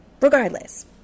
Regardless